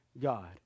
God